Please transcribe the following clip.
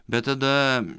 bet tada